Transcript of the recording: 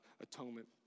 atonement